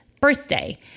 birthday